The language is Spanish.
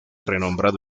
renombrado